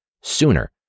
sooner